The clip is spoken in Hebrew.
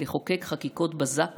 לחוקק חקיקות בזק